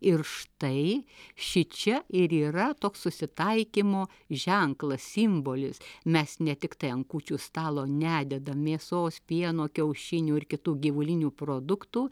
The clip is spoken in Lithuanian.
ir štai šičia ir yra toks susitaikymo ženklas simbolis mes ne tiktai ant kūčių stalo nededam mėsos pieno kiaušinių ir kitų gyvulinių produktų